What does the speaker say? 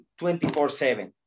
24-7